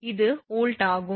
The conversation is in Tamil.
இது வோல்ட் ஆகும்